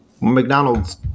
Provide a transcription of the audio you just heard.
McDonald's